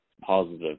Positive